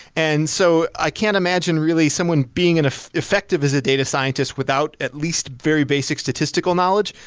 and so i can't imagine really someone being an effective as a data scientist without at least very basic statistical knowledge.